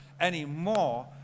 anymore